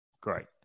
great